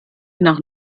nach